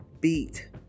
beat